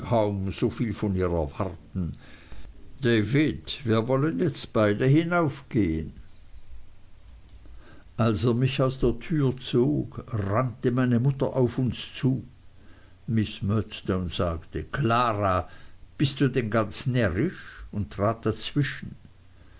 so viel von ihr erwarten david wir wollen jetzt beide hinaufgehen als er mich aus der türe zog rannte meine mutter auf uns zu miß murdstone sagte klara bist du denn ganz närrisch und trat dazwischen